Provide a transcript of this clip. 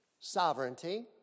Sovereignty